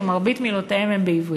שמרבית מילותיהם הן בעברית.